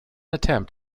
attempt